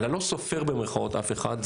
ה"לא סופר" אף אחד,